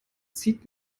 zieht